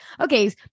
Okay